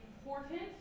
important